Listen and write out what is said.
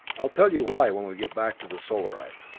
i will tell you why when we get back to the solarite.